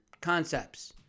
concepts